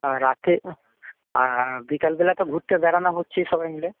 আর রাতে আর বিকালবেলা ঘুরতে বেড়ানো হচ্ছে সবাই মিলে